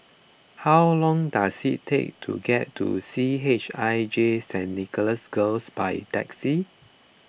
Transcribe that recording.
how long does it take to get to C H I J Saint Nicholas Girls by taxi